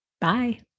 Bye